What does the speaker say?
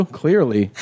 clearly